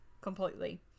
completely